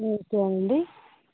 okay అండి